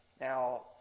Now